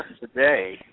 today